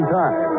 time